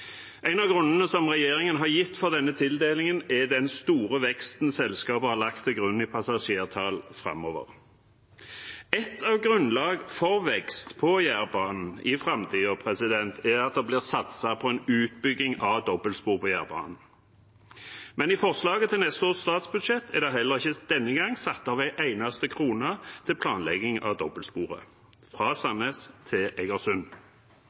En av grunnene regjeringen har gitt for tildelingen er den store veksten i passasjertall framover, som selskapet har lagt til grunn. Et av grunnlagene for vekst på Jærbanen i framtiden er at det blir satset på utbygging av dobbeltspor på Jærbanen, men i forslaget til neste års statsbudsjett er det heller ikke denne gang satt av en eneste krone til planlegging av dobbeltsporet fra Sandnes til